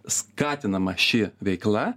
skatinama ši veikla